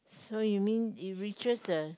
so you mean it reaches the